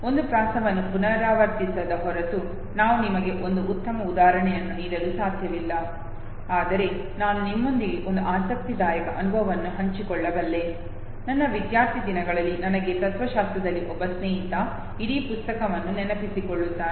ಒಂದು ಪ್ರಾಸವನ್ನು ಪುನರಾವರ್ತಿಸದ ಹೊರತು ನಾನು ನಿಮಗೆ ಒಂದು ಉತ್ತಮ ಉದಾಹರಣೆಯನ್ನು ನೀಡಲು ಸಾಧ್ಯವಿಲ್ಲ ಆದರೆ ನಾನು ನಿಮ್ಮೊಂದಿಗೆ ಒಂದು ಆಸಕ್ತಿದಾಯಕ ಅನುಭವವನ್ನು ಹಂಚಿಕೊಳ್ಳಬಲ್ಲೆ ನನ್ನ ವಿದ್ಯಾರ್ಥಿ ದಿನಗಳಲ್ಲಿ ನನಗೆ ತತ್ವಶಾಸ್ತ್ರದಲ್ಲಿ ಒಬ್ಬ ಸ್ನೇಹಿತ ಇಡೀ ಪುಸ್ತಕವನ್ನು ನೆನಪಿಸಿಕೊಳ್ಳುತ್ತಾನೆ